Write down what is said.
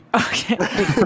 Okay